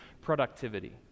productivity